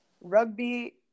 rugby